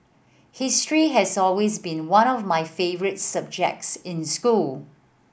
history has always been one of my favourite subjects in school